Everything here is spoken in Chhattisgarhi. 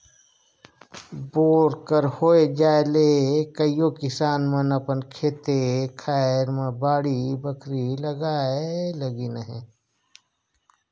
बोर कर होए जाए ले कइयो किसान मन अपन खेते खाएर मन मे बाड़ी बखरी लगाए लगिन अहे